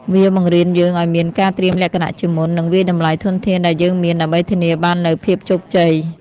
វាបង្រៀនយើងឱ្យមានការត្រៀមលក្ខណៈជាមុន និងវាយតម្លៃធនធានដែលយើងមាន ដើម្បីធានាបាននូវភាពជោគជ័យ។